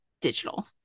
digital